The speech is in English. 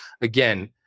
again